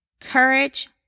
courage